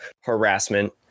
harassment